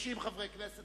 90 חברי כנסת,